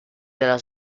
della